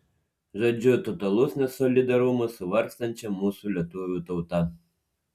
žodžiu totalus nesolidarumas su vargstančia mūsų lietuvių tauta